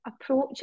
approach